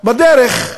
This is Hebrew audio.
בדרך.